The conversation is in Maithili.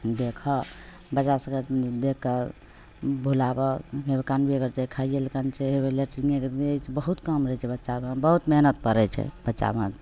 देखऽ बच्चा सभकेँ देखिके बोलाबऽ कानबे करै छै खाइए ले कानै छै हेबे लैट्रिने कएने बहुत काम रहै छै बच्चाकेँ बहुत मेहनति पड़ै छै बच्चामे